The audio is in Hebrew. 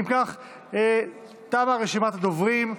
אם כך, תמה רשימת הדוברים.